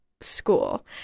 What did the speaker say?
school